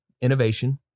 innovation